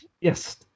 Yes